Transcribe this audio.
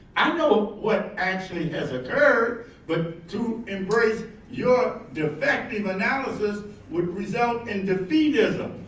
i know what actually has occurred but to embrace your defective analysis would result in defeatism.